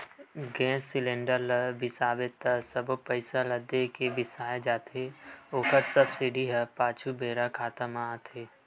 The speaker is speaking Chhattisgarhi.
गेस सिलेंडर ल बिसाबे त सबो पइसा ल दे के बिसाए जाथे ओखर सब्सिडी ह पाछू बेरा खाता म आथे